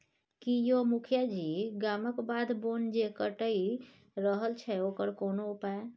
की यौ मुखिया जी गामक बाध बोन जे कटि रहल छै ओकर कोनो उपाय